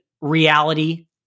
reality